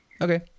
Okay